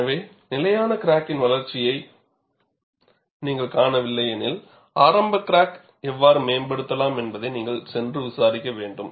எனவே நிலையான கிராக்கின் வளர்ச்சியை நீங்கள் காணவில்லை எனில் ஆரம்ப கிராக் எவ்வாறு மேம்படுத்தலாம் என்பதை நீங்கள் சென்று விசாரிக்க வேண்டும்